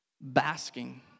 basking